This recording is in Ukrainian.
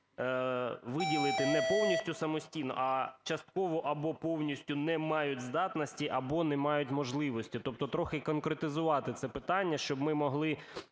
виділити: не повністю самостійно, а "частково або повністю не мають здатності або не мають можливості". Тобто трохи конкретизувати це питання, щоб ми могли